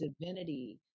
divinity